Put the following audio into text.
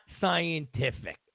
scientific